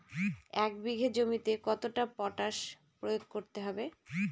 এক বিঘে জমিতে কতটা পটাশ প্রয়োগ করতে হবে?